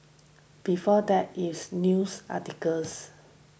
before that it's news articles